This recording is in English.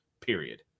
period